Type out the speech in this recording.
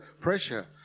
pressure